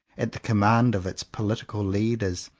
at the command of its political leaders,